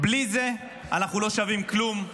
בלי זה אנחנו לא שווים כלום.